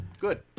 Good